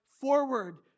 forward